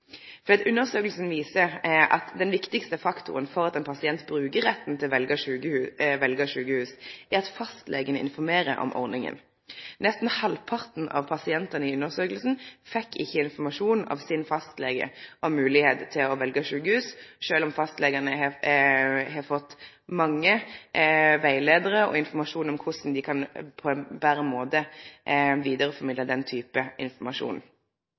viser at den viktigaste faktoren for at ein pasient brukar retten til å velje sjukehus, er at fastlegen informerer om ordninga. Nesten halvparten av pasientane i undersøkinga fekk ikkje informasjon av fastlegen om moglegheita til å velje sjukehus, sjølv om fastlegane har fått mange rettleiiarar med informasjon om korleis dei på ein betre måte kan vidareformidle den typen informasjon.